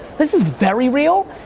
this is very real.